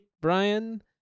Brian